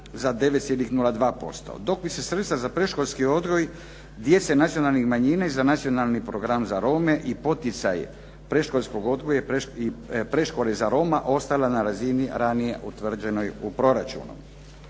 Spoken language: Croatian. za 9,02%, dok bi se sredstva za predškolski odgoj djece nacionalnih manjina za Nacionalni program za Rome i poticaj predškolskog odgoja i predškole za Rome ostala na razini ranije utvrđenoj u proračunu.